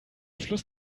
schluss